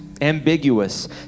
ambiguous